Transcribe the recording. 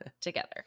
together